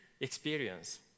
experience